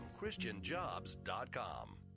ChristianJobs.com